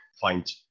find